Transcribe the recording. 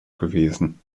gewesen